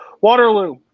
Waterloo